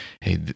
hey